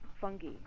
fungi